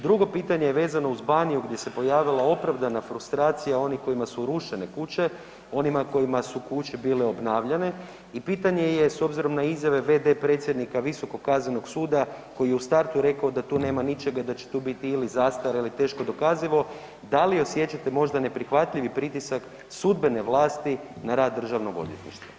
Drugo pitanje je vezano uz Baniju gdje se pojavila opravdana frustracija onih kojima su rušene kuće, onima kojima su kuće bile obnavljane i pitanje je s obzirom na izjave v.d. predsjednika visokog kaznenog suda koji je u startu rekao da tu nema ničega i da će tu biti ili zastara ili teško dokazivo, da li osjećate možda neprihvatljivi pritisak sudbene vlasti na rad državnog odvjetništva?